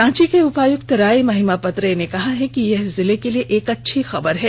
रांची के उपायुक्त राय महिमापत रे ने कहा कि यह जिले के लिए एक अच्छी खबर है